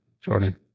Jordan